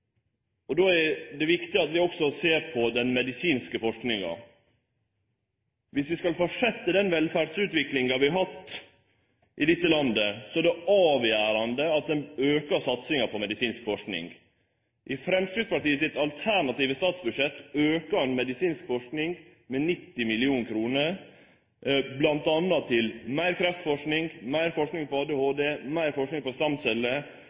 Då er det viktig at vi også ser på den medisinske forskinga. Viss vi skal fortsetje den velferdsutviklinga vi har hatt i dette landet, er det avgjerande at ein aukar satsinga på medisinsk forsking. I Framstegspartiets alternative statsbudsjett aukar ein medisinsk forsking med 90 mill. kr, bl.a. til meir kreftforsking, meir forsking på ADHD, meir forsking på stamceller